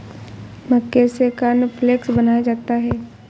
मक्के से कॉर्नफ़्लेक्स बनाया जाता है